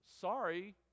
sorry